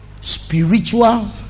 spiritual